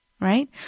Right